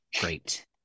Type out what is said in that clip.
Great